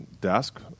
desk